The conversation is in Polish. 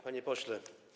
Panie Pośle!